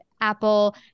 apple